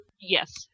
Yes